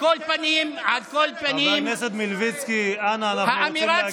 שורפי משפחת דוואבשה, שורפי אבו ח'דיר, הילד אבו